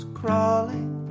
crawling